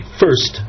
first